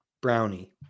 brownie